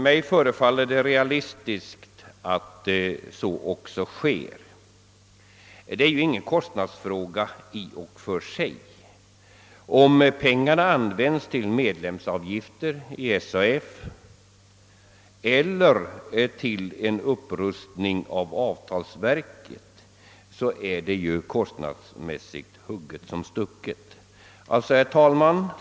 Det förefaller mig realistiskt att så också sker. Det är ju i och för sig ingen kostnadsfråga. Om pengarna används till medlemsavgifter i SAF eller till en upprustning av avtalsverket är detta ju kostnadsmässigt hugget som stucket.